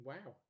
Wow